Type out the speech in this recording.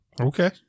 Okay